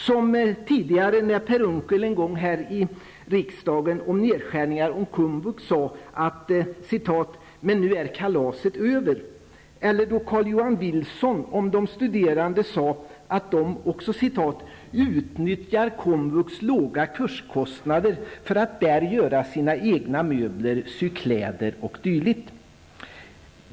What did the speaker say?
Per Unckel sade en gång följande här i riksdagen om nedskärningar av komvux: Men nu är kalaset över. Och Carl-Johan Wilson sade följande om de studerande: De utnyttjar komvux låga kurskostnader för att där göra sina egna möbler, sy kläder, o.d.